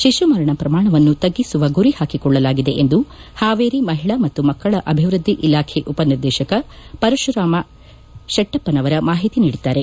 ಶಿಶು ಮರಣ ಪ್ರಮಾಣವನ್ನು ತಗ್ಗಿಸುವ ಗುರಿ ಹಾಕಿಕೊಳ್ಳಲಾಗಿದೆ ಎಂದು ಹಾವೇರಿ ಮಹಿಳಾ ಮತ್ತು ಮಕ್ಕಳ ಅಭಿವೃದ್ಧಿ ಇಲಾಖೆ ಉಪನಿರ್ದೇಶಕ ಪರಶುರಾಮ ಶೆಟ್ಟಪ್ಪನವರ ಮಾಹಿತಿ ನೀಡಿದ್ದಾರೆ